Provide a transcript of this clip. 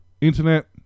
internet